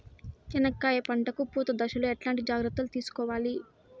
చెనక్కాయలు పంట కు పూత దశలో ఎట్లాంటి జాగ్రత్తలు తీసుకోవాలి?